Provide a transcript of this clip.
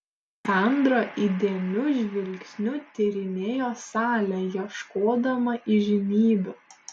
sandra įdėmiu žvilgsniu tyrinėjo salę ieškodama įžymybių